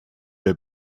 der